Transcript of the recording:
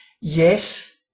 yes